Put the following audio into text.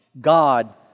God